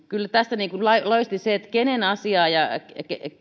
kyllä tässä loisti se keiden asiaa